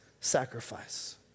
sacrifice